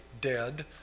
dead